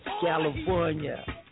California